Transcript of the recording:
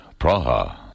Praha. (